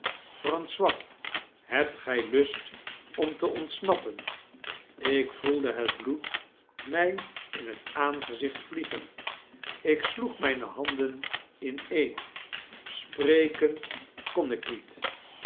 francois hebt gij lust om te ontsnappen ik voelde het bloed mij in het aangezicht vliegen ik sloeg mijne handen ineen spreken kon ik niet